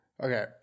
Okay